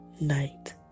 night